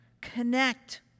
connect